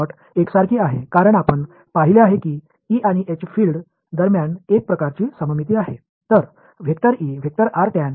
அடுத்த நிபந்தனை அனலாகஸ் ஆக இருக்கிறது ஏனென்றால் E மற்றும் H புலங்களுக்கு இடையில் ஒரு வகையான சமச்சீர்நிலை இருப்பதைக் கண்டோம்